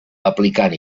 aplicant